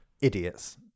Idiots